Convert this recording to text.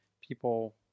People